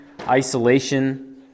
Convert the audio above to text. isolation